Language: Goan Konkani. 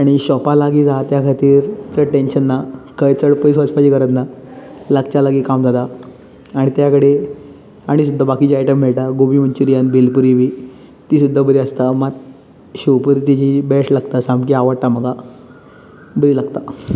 आनी शोपा लागी आहा म्हण चड टेन्शन ना चड पयस वचपाची गरज ना लागच्या लागी खावंक जाता आनी तेज्या कडेन आनी सुद्दां बाकीचे आयटम मेळटा गोबी मंच्यूरीयन भेल पूरी बी ती सुद्दां बरी आसता मात शेव पूरी तेजी बेस्ट लागता सामकी आवडटा म्हाका बरी लागतां